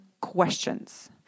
questions